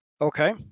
Okay